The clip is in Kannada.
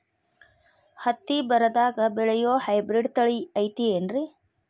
ಹತ್ತಿ ಬರದಾಗ ಬೆಳೆಯೋ ಹೈಬ್ರಿಡ್ ತಳಿ ಐತಿ ಏನ್ರಿ?